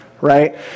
right